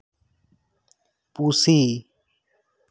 ᱯᱩᱥᱤ